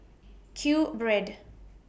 Q Bread